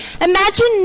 imagine